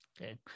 Okay